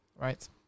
right